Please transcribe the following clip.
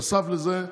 נוסף לזה,